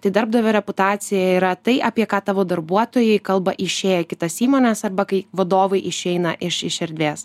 tai darbdavio reputacija yra tai apie ką tavo darbuotojai kalba išėję į kitas įmones arba kai vadovai išeina iš iš erdvės